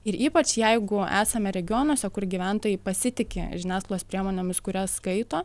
ir ypač jeigu esame regionuose kur gyventojai pasitiki žiniasklaidos priemonėmis kurias skaito